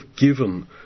given